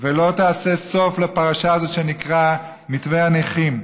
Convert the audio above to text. ולא תעשה סוף לפרשה הזאת שנקראת מתווה הנכים,